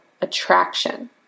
attraction